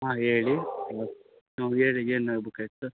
ಹಾಂ ಹೇಳಿ ಹ್ಞೂ ಹಾಂ ಹೇಳಿ ಏನಾಗ್ಬೇಕಾಗಿತ್ತು